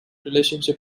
relationship